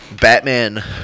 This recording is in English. batman